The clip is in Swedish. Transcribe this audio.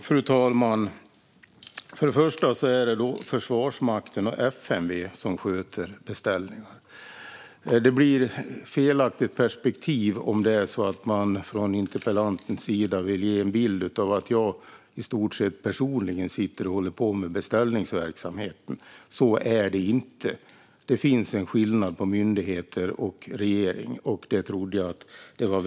Fru talman! Först och främst är det alltså Försvarsmakten och FMV som sköter beställningarna. Det blir ett felaktigt perspektiv om interpellanten vill ge bilden att jag i stort sett sitter och håller på med beställningsverksamhet personligen. Så är det inte. Det finns en skillnad mellan myndigheter och regeringen, och det trodde jag var väl känt.